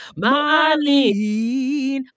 Marlene